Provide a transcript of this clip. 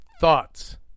thoughts